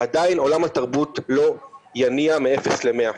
עדיין עולם התרבות לא יניע מ-0 ל-100.